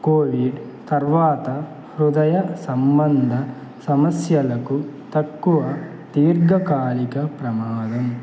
Covid తరువాత హృదయ సంబంధ సమస్యలకు తక్కువ తీర్ఘకాలిక ప్రమాదం